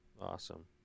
Awesome